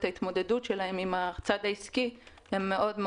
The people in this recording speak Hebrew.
ההתמודדות שלהם עם הצד העסקי חלשות מאוד,